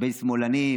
בייס שמאלני,